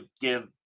give